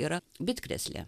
yra bitkrėslė